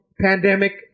pandemic